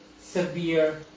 severe